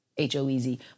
H-O-E-Z